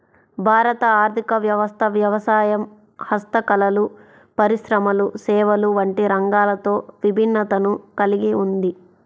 భారత ఆర్ధిక వ్యవస్థ వ్యవసాయం, హస్తకళలు, పరిశ్రమలు, సేవలు వంటి రంగాలతో విభిన్నతను కల్గి ఉంది